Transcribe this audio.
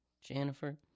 Jennifer